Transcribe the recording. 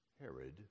Herod